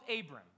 Abram